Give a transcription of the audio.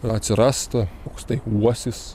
atsirast koks tai uosis